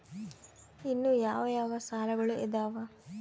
ಇನ್ನು ಯಾವ ಯಾವ ಸಾಲಗಳು ಇದಾವೆ?